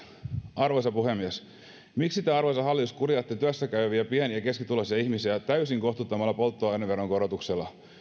arvoisa puhemies miksi te arvoisa hallitus kuritatte työssäkäyviä pieni ja keskituloisia ihmisiä täysin kohtuuttomalla polttoaineveron korotuksella